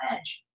edge